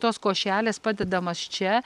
tos košelės padedamas čia